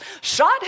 shot